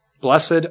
Blessed